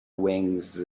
wings